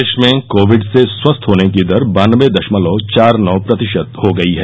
देश में कोविड से स्वस्थ होने की दर बानबे दशमलव चार नौ प्रतिशत हो गई है